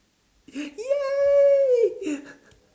!yay!